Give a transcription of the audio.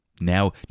Now